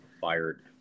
fired